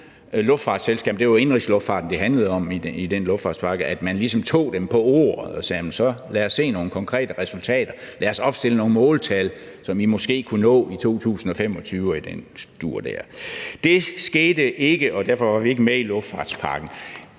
luftfartspakke, og det var indenrigsluftfarten, det handlede om i den luftfartspakke, altså at man ligesom tog dem på ordet og sagde: Så lad os se nogle konkrete resultater, lad os opstille nogle måltal, som I måske kunne nå i 2025, og i den dur der. Det skete ikke, og derfor var vi ikke med i luftfartspakken.